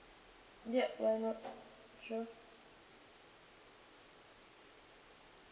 ya sure